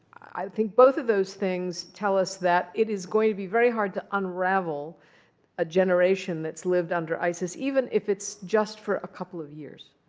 i think both of those things tell us that it is going to be very hard to unravel a generation that's lived under isis, even if it's just for a couple of years.